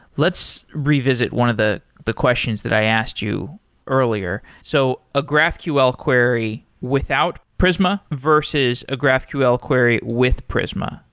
let's revisit one of the the questions that i asked you earlier. so a graphql query without prisma versus a graphql query with prisma.